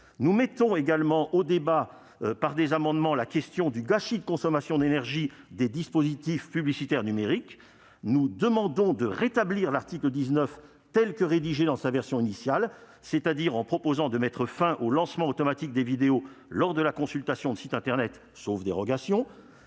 Nous mettons également au débat, par voie d'amendements, la question du gâchis de consommation d'énergie des dispositifs publicitaires numériques. Nous demandons de rétablir l'article 19 dans sa rédaction initiale afin de mettre fin au lancement automatique des vidéos lors de la consultation de sites internet, sauf dérogation.